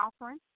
offering